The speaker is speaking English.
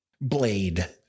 Blade